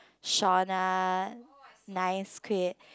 Shona nice quake